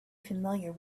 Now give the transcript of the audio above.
familiar